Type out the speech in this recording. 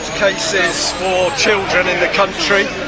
cases for children in the country.